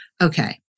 Okay